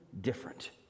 different